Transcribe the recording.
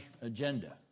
agenda